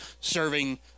serving